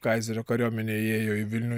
kaizerio kariuomenė įėjo į vilnių